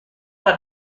pas